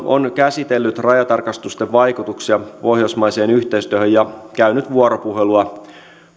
on käsitellyt rajatarkastusten vaikutuksia pohjoismaiseen yhteistyöhön ja käynyt vuoropuhelua